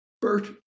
Bert